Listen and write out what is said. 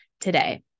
today